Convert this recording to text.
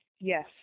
Yes